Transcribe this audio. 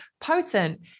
potent